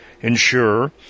Ensure